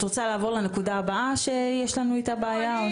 את רוצה לעבור לנקודה הבאה שיש לנו איתה בעיה?